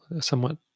somewhat